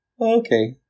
okay